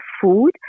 food